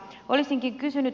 olisinkin kysynyt